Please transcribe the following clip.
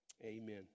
Amen